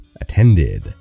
attended